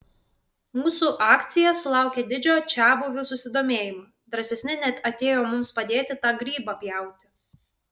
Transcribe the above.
mūsų akcija sulaukė didžio čiabuvių susidomėjimo drąsesni net atėjo mums padėti tą grybą pjauti